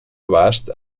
abast